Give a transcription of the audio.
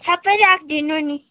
सबै राखिदिनु नि